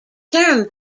term